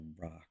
rock